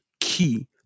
key